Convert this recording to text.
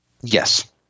Yes